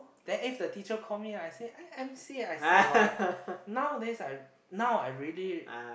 there is a teacher call me lah I M_C I sick you all nowadays I now I really